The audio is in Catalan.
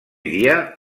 dia